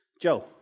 Joe